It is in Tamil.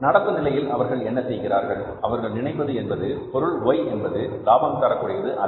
நடப்பு நிலையில் அவர்கள் என்ன செய்கிறார்கள் அவர்கள் நினைப்பது என்பது பொருள் Y என்பது லாபம் தரக்கூடியது அல்ல